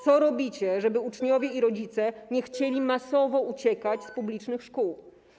Co robicie, żeby uczniowie i rodzice nie chcieli masowo uciekać z publicznych szkół?